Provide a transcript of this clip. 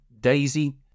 Daisy